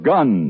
Gun